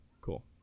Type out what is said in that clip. cool